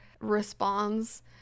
responds